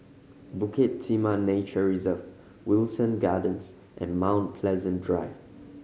Bukit Timah Nature Reserve Wilton Gardens and Mount Pleasant Drive